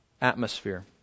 atmosphere